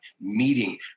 meeting